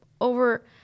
over